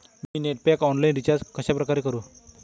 मी net pack online recharge कशाप्रकारे करु?